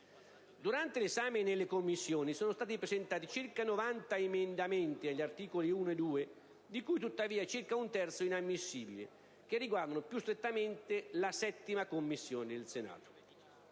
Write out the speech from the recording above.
Durante l'esame nelle Commissioni sono stati presentati circa 90 emendamenti agli articoli 1 e 2 (di cui tuttavia circa un terzo inammissibili) che riguardano più strettamente la 7a Commissione del Senato: